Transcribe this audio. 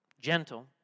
Gentle